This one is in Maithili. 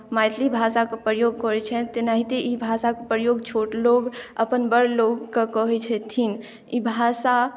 मैथिली भाषाके प्रयोग करैत छथि तेनाहिते ई भाषाके प्रयोग छोट लोक अपन बड़ लोकके कहैत छथिन ई भाषा